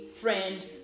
friend